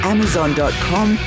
Amazon.com